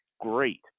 Great